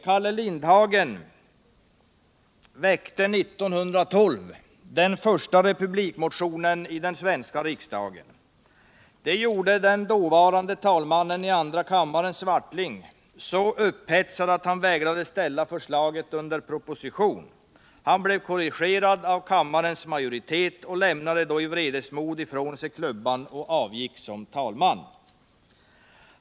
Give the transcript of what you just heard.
Calle Lindhagen väckte 1912 den första republikmotionen i den svenska riksdagen. Det gjorde den dåvarande talmannen i andra kammaren, Axel Swartling, så upphetsad att han vägrade ställa förslaget under proposition. Han blev korrigerad av kammarens majoritet och lämnade då i vredesmod ifrån sig klubban och avgick som talman.